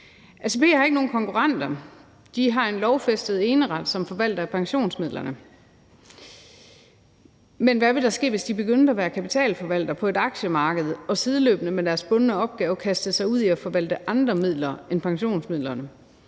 ATP har ikke nogen konkurrenter, de har en lovfæstet eneret som forvalter af pensionsmidlerne, men hvad ville der ske, hvis de begyndte at være kapitalforvaltere på et aktiemarked og sideløbende med deres bundne opgave kastede sig ud i at forvalte andre midler end pensionsmidlerne?